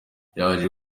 yaje